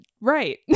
Right